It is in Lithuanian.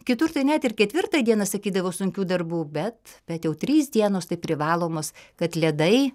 kitur tai net ir ketvirtai dieną sakydavo sunkių darbų bet bet jau trys dienos tai privalomos kad ledai